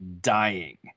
dying